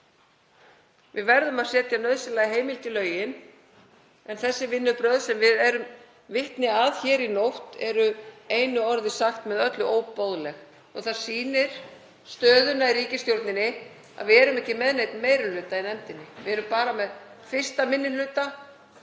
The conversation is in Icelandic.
Við verðum að setja nauðsynlega heimild í lögin, en þessi vinnubrögð sem við verðum vitni að hér í nótt eru í einu orði sagt með öllu óboðleg. Það sýnir stöðuna í ríkisstjórninni að við erum ekki með neinn meiri hluta í nefndinni. Við erum bara með 1. minni hluta.